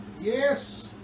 Yes